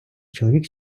чоловік